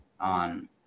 on